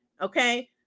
okay